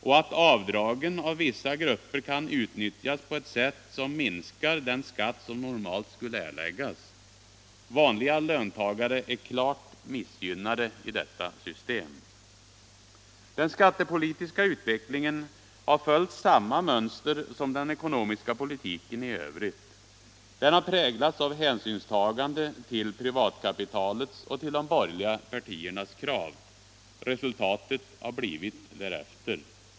Avdragen kan av vissa grupper utnyttjas på ett sätt som minskar den skatt som normalt skulle erläggas. Vanliga löntagare är klart missgynnade i detta system. Den skattepolitiska utvecklingen har följt samma mönster som den ekonomiska politiken i övrigt. Den har präglats av hänsynstagande till privatkapitalets och de borgerliga partiernas krav. Resultatet har blivit därefter.